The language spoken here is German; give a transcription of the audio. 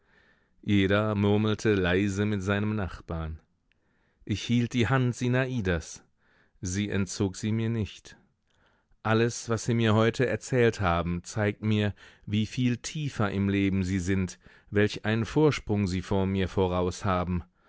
jeder murmelte leise mit seinem nachbarn ich hielt die hand sinadas sie entzog sie mir nicht alles was sie mir heute erzählt haben zeigt mir wie viel tiefer im leben sie sind welch einen vorsprung sie vor mir voraus haben